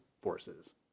forces